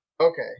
Okay